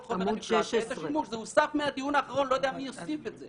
המשפט הזה הוסף אני לא יודע מי הוסיף את זה.